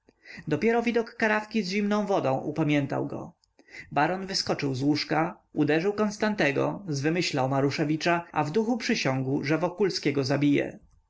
dopiero widok karafki z zimną wodą upamiętał go baron wyskoczył z łóżka uderzył konstantego zwymyślał maruszewicza a w duchu przysiągł że wokulskiego zabije